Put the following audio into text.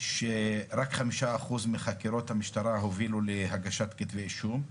שרק 5% מחקירות המשטרה הובילו להגשת כתבי אישום,